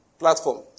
Platform